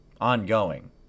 ongoing